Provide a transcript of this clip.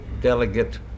delegate